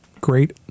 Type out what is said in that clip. great